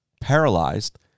paralyzed